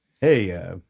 Hey